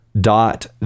dot